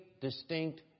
distinct